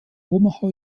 omaha